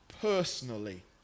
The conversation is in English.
personally